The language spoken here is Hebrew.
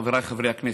חבריי חברי הכנסת,